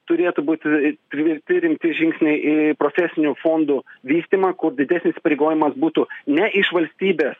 turėtų būt priimti rimti žingsniai į profesinių fondų vystymą kur didesnis įpareigojimas būtų ne iš valstybės